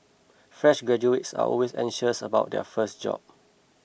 fresh graduates are always anxious about their first job